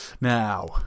Now